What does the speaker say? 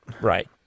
Right